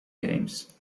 games